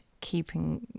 keeping